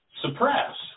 suppress